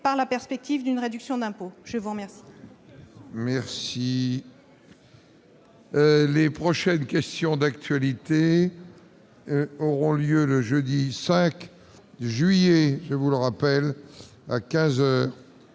Je vous remercie